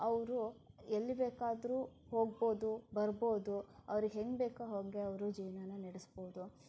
ಅವರು ಎಲ್ಲಿ ಬೇಕಾದರೂ ಹೋಗ್ಬೋದು ಬರ್ಬೋದು ಅವರಿಗೆ ಹೇಗೆ ಬೇಕೊ ಹಾಗೆ ಅವರು ಜೀವನಾನ ನಡೆಸ್ಬೋದು